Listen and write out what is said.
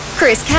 Chris